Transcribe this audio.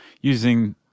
using